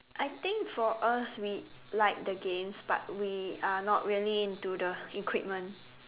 I think for us we like the games but we are not really into the equipment